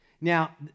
Now